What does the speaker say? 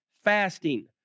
fasting